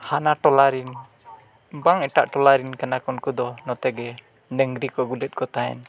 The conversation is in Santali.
ᱦᱟᱱᱟ ᱴᱚᱞᱟ ᱨᱮᱱ ᱵᱟᱝ ᱮᱴᱟᱜ ᱴᱚᱞᱟ ᱨᱮᱱ ᱠᱟᱱᱟ ᱠᱚ ᱩᱱᱠᱩ ᱫᱚ ᱱᱚᱛᱮᱜᱮ ᱰᱟᱹᱝᱨᱤ ᱠᱚ ᱟᱹᱜᱩ ᱞᱮᱫ ᱠᱚ ᱛᱟᱦᱮᱱ